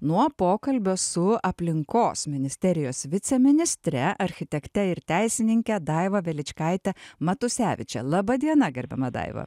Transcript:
nuo pokalbio su aplinkos ministerijos viceministre architekte ir teisininke daiva veličkaite matuseviče laba diena gerbiama daiva